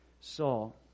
Saul